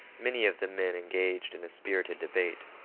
many of the men engaged in a spirited debate.